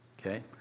okay